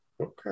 Okay